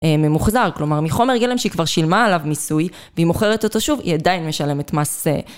ממוחזר, כלומר מחומר גלם שהיא כבר שילמה עליו מיסוי והיא מוכרת אותו שוב, היא עדיין משלמת מס.